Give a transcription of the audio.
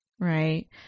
Right